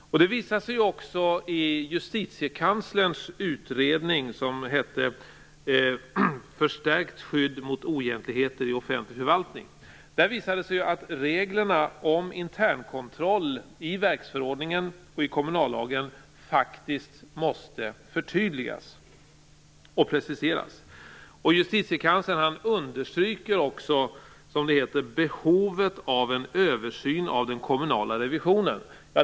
Det visar sig också i justitiekanslerns utredning, Förstärkt skydd mot oegentligheter i offentlig förvaltning. Där visar det sig att reglerna om internkontroll i verksförordningen och i kommunallagen faktiskt måste förtydligas och preciseras. Justitiekanslern understryker också, som det heter, behovet av en översyn av den kommunala revisionen.